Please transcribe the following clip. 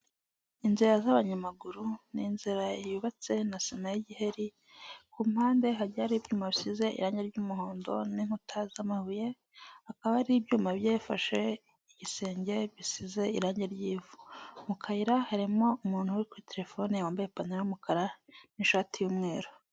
Inzira z'abanyamaguru ni inzira yubatse na sima y'igiheri, ku mpande hajyiye hari ibyuma bisize irangi ry'umuhondo, n'inkuta z'amabuye. Hakaba hari ibyuma bigiye bifashe igisenge bisize irangi ry'ivu, mu kayira harimo umuntu uri kuri telefone wambaye ipantaro y'umukara n'ishati y'umweru.